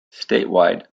statewide